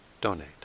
donate